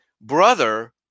brother